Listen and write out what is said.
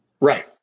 Right